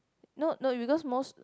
no no because most